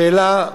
השאלה: